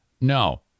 No